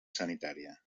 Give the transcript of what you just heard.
sanitària